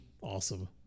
awesome